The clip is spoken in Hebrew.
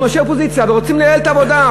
אנחנו אנשי אופוזיציה ורוצים לייעל את העבודה,